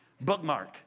Bookmark